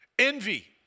Envy